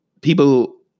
people